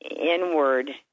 inward